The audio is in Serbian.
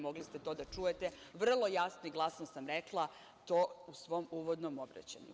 Mogli ste to da čujete, vrlo jasno i glasno sam rekla to u svom uvodnom obraćanju.